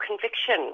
conviction